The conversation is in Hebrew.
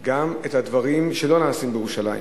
גם את הדברים שלא נעשים בירושלים.